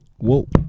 whoa